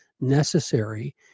necessary